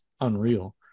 unreal